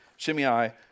Shimei